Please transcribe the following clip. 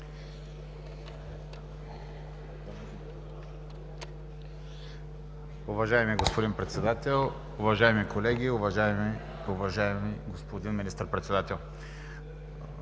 Уважаеми господин Председател, уважаеми колеги, уважаеми господин Министър-председател!